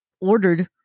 ordered